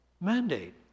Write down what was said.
mandate